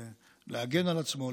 להגן על עצמו,